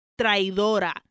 traidora